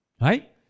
Right